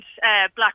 Black